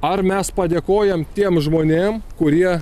ar mes padėkojam tiem žmonėm kurie